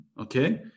okay